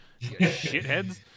Shitheads